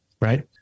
right